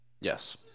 Yes